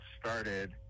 started